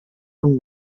from